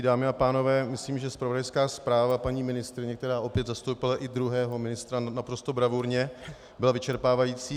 Dámy a pánové, myslím, že zpravodajská zpráva paní ministryně, která opět zastoupila i druhého ministra naprosto bravurně, byla vyčerpávající.